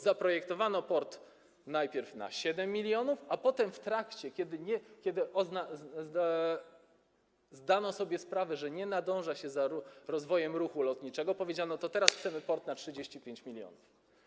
Zaprojektowano port najpierw na 7 mln, a potem w trakcie, kiedy zdano sobie sprawę, że nie nadąża się za rozwojem ruchu lotniczego, powiedziano: teraz chcemy port na 35 mln.